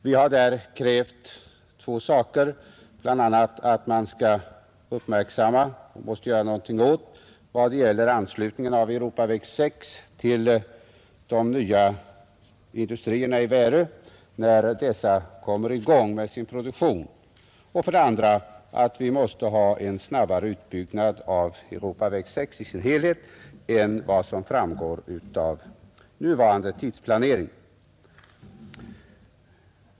Vi har i motionen krävt två saker: för det första att man skall uppmärksamma och göra någonting åt anslutningen av Europaväg 6 till de nya industrierna i Värö och för det andra att en snabbare utbyggnad sker av Europaväg 6 i dess helhet än vad som framgår av nuvarande tidsplanering.